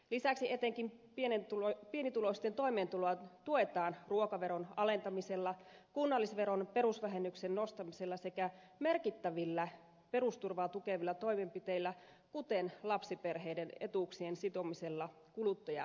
lisäksi etenkin pienituloisten toimeentuloa tuetaan ruokaveron alentamisella kunnallisveron perusvähennyksen nostamisella sekä merkittävillä perusturvaa tukevilla toimenpiteillä kuten lapsiperheiden etuuksien sitomisella kuluttajaindeksiin